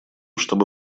чтобы